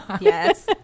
yes